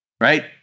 Right